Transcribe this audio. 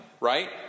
right